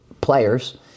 players